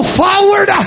forward